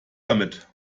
damit